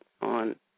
on